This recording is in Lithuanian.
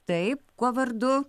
taip kuo vardu